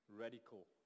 radical